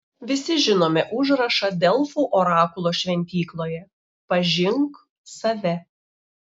visi žinome užrašą delfų orakulo šventykloje pažink save